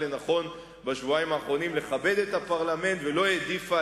לנכון בשבועיים האחרונים לכבד את הפרלמנט ולא העדיפה